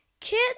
kid